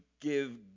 give